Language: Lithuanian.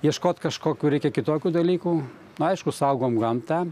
ieškot kažkokių reikia kitokių dalykų aišku saugom gamtą